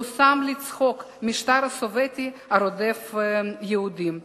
והושם לצחוק המשטר הסובייטי הרודף יהודים.